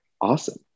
Awesome